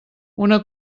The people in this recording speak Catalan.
una